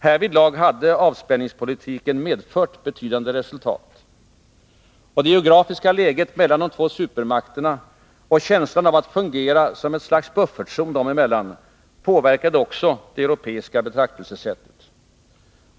Härvidlag hade avspänningspolitiken medfört betydande resultat. Det geografiska läget mellan de två supermakterna och känslan av att fungera som ett slags buffertzon dem emellan påverkade också det europeiska betraktelsesättet.